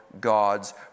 God's